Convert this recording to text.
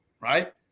Right